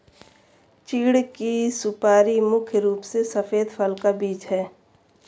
चीढ़ की सुपारी मुख्य रूप से सफेद फल का बीज है